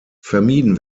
vermieden